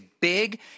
big